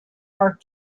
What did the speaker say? are